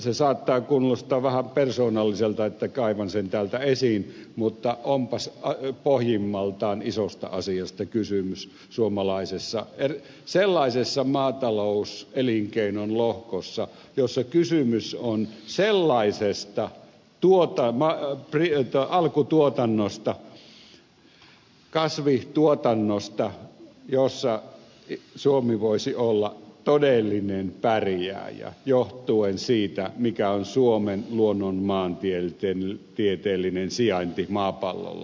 se saattaa kuulostaa vähän persoonalliselta että kaivan sen täältä esiin mutta onpas pohjimmaltaan isosta asiasta kysymys sellaisessa maatalouselinkeinon lohkossa jossa kysymys on sellaisesta alkutuotannosta kasvituotannosta jossa suomi voisi olla todellinen pärjääjä johtuen siitä mikä on suomen luonnonmaantieteellinen sijainti maapallolla